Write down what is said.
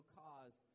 cause